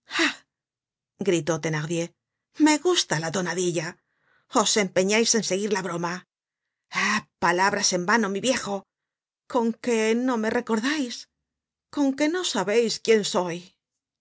gritó thenardier me gusta la tonadilla os empeñais en seguir la broma ah palabras en vano mi viejo con que no me recordais con que no sabeis quién soy